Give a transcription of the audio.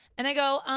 and i go, um,